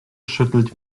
schüttelt